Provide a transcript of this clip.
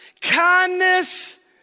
kindness